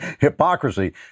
hypocrisy